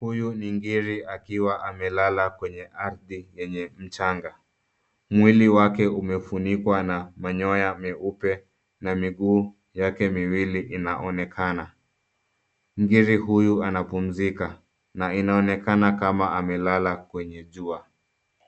Huyu ni ngiri akiwa amelala kwenye ardhi yenye mchanga. Mwili wake umefunikwa na manyoya meupe na miguu yake miwili inaonekana. Ngiri huyu anapumzika na inaonekana kama amelala kwenye jua.